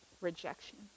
rejection